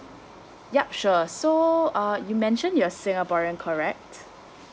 yup sure so uh you mentioned you're singaporean correct